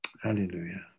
Hallelujah